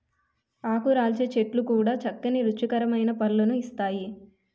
ఆకురాల్చే చెట్లు కూడా చక్కని రుచికరమైన పళ్ళను ఇస్తాయి